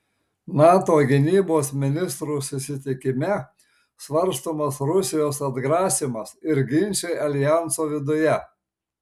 nato gynybos ministrų susitikime svarstomas rusijos atgrasymas ir ginčai aljanso viduje